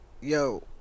Yo